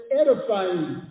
edifying